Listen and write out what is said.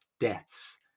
deaths